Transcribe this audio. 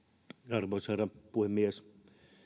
arvoisa herra puhemies